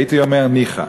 הייתי אומר ניחא.